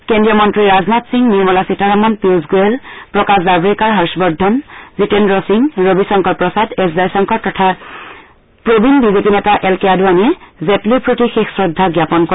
কেস্ৰীয় মন্ত্ৰী ৰাজনাথ সিং নিৰ্মলা সীতাৰমণ পীয়ুছ গোৱেল প্ৰকাশ জাভৰেকাৰ হৰ্ষবৰ্ধন জীতেন্দ্ৰ সিং ৰবিশংকৰ প্ৰসাদ এছ জয়শংকৰ তথা প্ৰবীণ বিজেপি নেতা এল কে আদৱানিয়ে জেটলিৰ প্ৰতি শেষ শ্ৰদ্ধা জ্ঞাপন কৰে